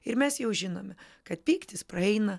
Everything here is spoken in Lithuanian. ir mes jau žinome kad pyktis praeina